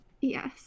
yes